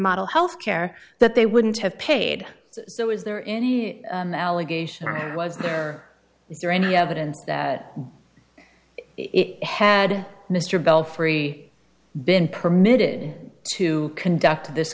model health care that they wouldn't have paid so is there any allegation or was there is there any evidence that it had mr bell free been permitted to conduct this